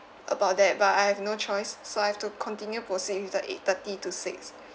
about that but I have no choice so I have to continue proceed with the eight thirty to six